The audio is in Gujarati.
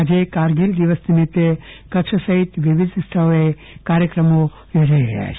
આજે કારગીલ દિવ્સ નિમિત્તે કચ્છ સહિત વિવિધ સ્થળે કાર્યક્રમો અપાઈ રહ્યા છે